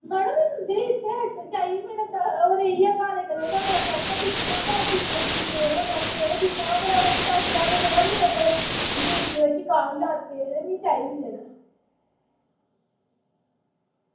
मड़ो में तुं'दे ई इत्थै आटो च आई ही मेरे ओह् रेही गेआ काले कलर दा मेरा पर्स दिक्खो हां भला पिच्छें पेदा होना कुदै दिक्खो हां भला ओह्दे च दस ज्हार रपेआ मड़ो मेरे बड़े जरूरी ओह्दे च कागजात पेदे मिगी चाहिदे न